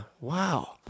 Wow